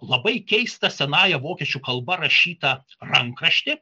labai keistą senąja vokiečių kalba rašytą rankraštį